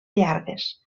llargues